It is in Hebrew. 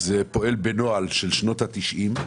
זה פועל בנוהל של שנות ה-90,